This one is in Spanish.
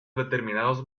determinados